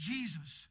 Jesus